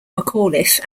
mcauliffe